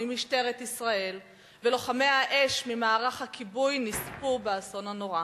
ממשטרת ישראל ולוחמי האש ממערך הכיבוי נספו באסון הנורא.